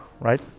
right